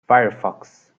firefox